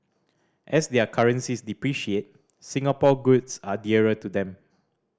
as their currencies depreciate Singapore goods are dearer to them